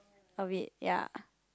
I mean ya